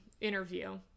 interview